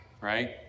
right